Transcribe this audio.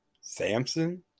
Samson